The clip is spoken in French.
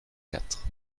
quatre